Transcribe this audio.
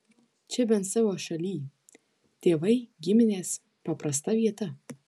čia bent savo šalyj tėvai giminės paprasta vieta